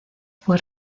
fue